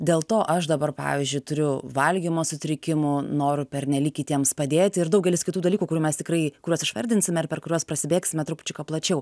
dėl to aš dabar pavyzdžiui turiu valgymo sutrikimų norų pernelyg kitiems padėti ir daugelis kitų dalykų kurių mes tikrai kuriuos išvardinsime ar per kuriuos prasibėgsime trupučiuką plačiau